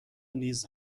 نیز